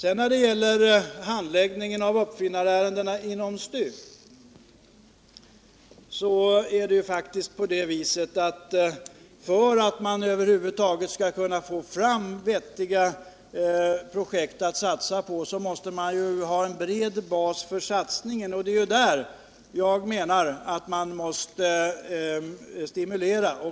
Vad gäller handläggningen av uppfinnarärendena inom STU så är det faktiskt på det sättet att för att man över huvud taget skall få fram vettiga projekt att satsa på måste man ha en bred bas för satsningen, och det är där jag menar att det måste ges stimulans.